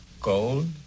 Gold